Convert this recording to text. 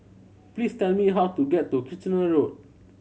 please tell me how to get to Kitchener Road